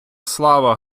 слава